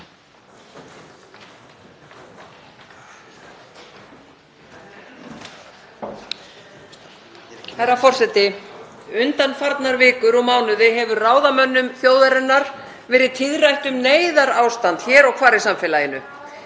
Herra forseti. Undanfarnar vikur og mánuði hefur ráðamönnum þjóðarinnar verið tíðrætt um neyðarástand hér og hvar í samfélaginu.